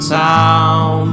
town